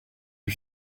lui